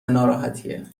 ناراحتیه